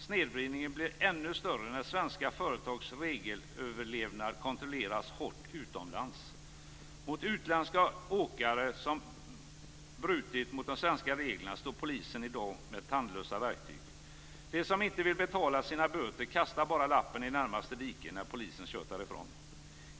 Snedvridningen blir ännu större när svenska företags regelefterlevnad kontrolleras hårt utomlands. Mot utländska åkare som brutit mot de svenska reglerna står polisen i dag med tandlösa verktyg. De som inte vill betala sina böter kastar bara lappen i närmaste dike när polisen kört därifrån.